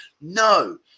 no